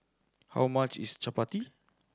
how much is chappati